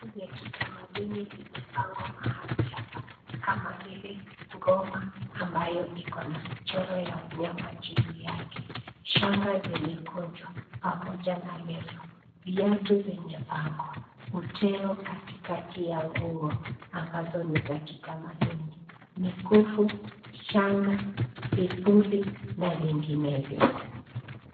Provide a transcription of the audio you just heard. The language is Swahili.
Vitu vya kitamaduni vimepangwa mahali hapa, kama vile ,Ngoma ambayo iko na mchoro ya wanyama juu yake. Shanga zimekunjwa pamoja na leso. Viatu vimepangwa uteo katikati ya nguo, ambazo ni za kitamaduni. Mikufu, shanga ,vipuli na vinginevyo.